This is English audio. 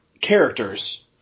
characters